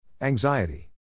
Anxiety